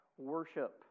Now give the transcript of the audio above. worship